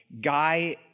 Guy